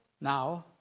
now